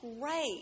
great